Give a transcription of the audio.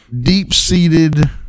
deep-seated